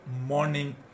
morning